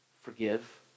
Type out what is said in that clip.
forgive